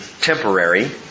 temporary